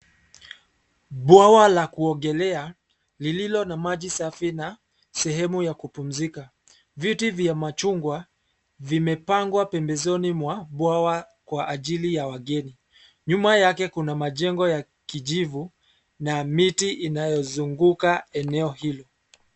Bwawa la kuogelea lililo na maji safi na sehemu ya kupumzika. Viti vya machungwa vimepangwa pembezoni mwa bwawa kwa ajili ya wageni. Nyuma yake kuna majengo ya kijivu na miti inayozunguka eneo hilo.